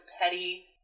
petty